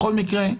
בכל מקרה,